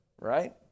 right